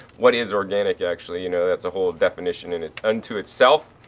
what is organic actually, you know? that's a whole definition in, unto itself.